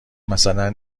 مثلا